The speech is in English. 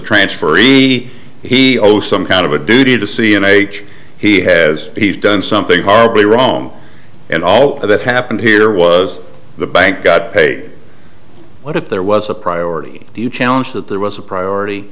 transferee he owes some kind of a duty to see in a he has he's done something horribly wrong and all that happened here was the bank got paid what if there was a priority do you challenge that there was a priority